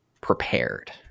prepared